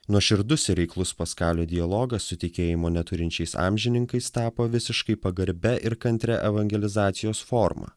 nuoširdus ir reiklus paskalio dialogas su tikėjimo neturinčiais amžininkais tapo visiškai pagarbia ir kantria evangelizacijos forma